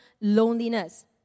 loneliness